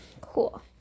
Cool